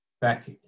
back